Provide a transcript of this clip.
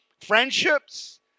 friendships